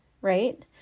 right